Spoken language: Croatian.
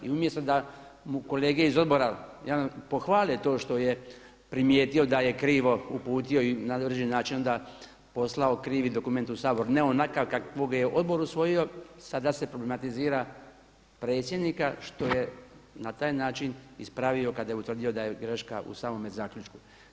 I umjesto da mu kolege iz odbora pohvale to što je primijetio da je krivo uputio i na određeni način onda poslao krivi dokument u Sabor, ne onaj kakvog je odbor usvojio sada se problematizira predsjednika što je na taj način ispravio kada je utvrdio da je greška u samome zaključku.